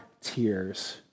tears